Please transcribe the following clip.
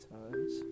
Times